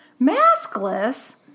maskless